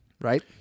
right